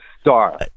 star